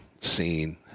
scene